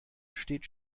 steht